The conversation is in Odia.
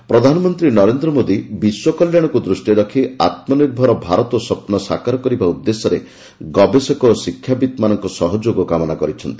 ଭେିବବ ସୁମିତ୍ ପିଏମ୍ ପ୍ରଧାନମନ୍ତ୍ରୀ ନରେନ୍ଦ୍ର ମୋଦି ବିଶ୍ୱ କଲ୍ୟାଣକୁ ଦୃଷ୍ଟିରେ ରଖି ଆତ୍ମନିର୍ଭର ଭାରତ ସ୍ୱପ୍ନ ସାକାର କରିବା ଉଦ୍ଦେଶ୍ୟରେ ଗବେଷକ ଓ ଶିକ୍ଷାବିତ୍ମାନଙ୍କ ସହଯୋଗ କାମନା କରିଛନ୍ତି